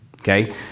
okay